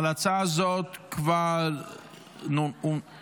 ההצעה הזאת כבר נומקה,